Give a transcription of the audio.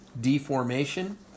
deformation